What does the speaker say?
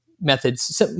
methods